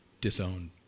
disowned